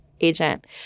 agent